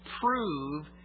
prove